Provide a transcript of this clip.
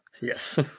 yes